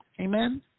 Amen